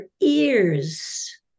ears